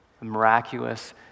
miraculous